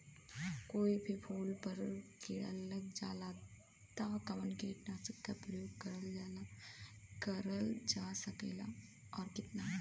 कोई भी फूल पर कीड़ा लग जाला त कवन कीटनाशक क प्रयोग करल जा सकेला और कितना?